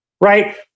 right